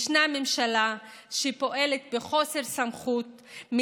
יש ממשלה שפועלת בחוסר סמכות,